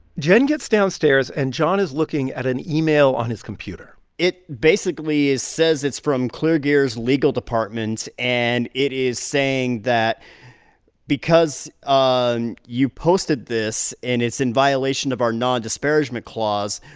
jen gets downstairs, and john is looking at an email on his computer it basically says it's from kleargear's legal department, and it is saying that because um you posted this and it's in violation of our non-disparagement clause,